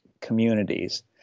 communities